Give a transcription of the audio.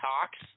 talks